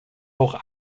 auch